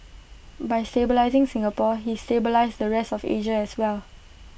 by stabilising Singapore he stabilised the rest of Asia as well